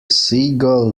seagull